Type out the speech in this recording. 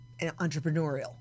entrepreneurial